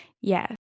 yes